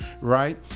right